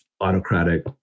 autocratic